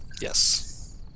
Yes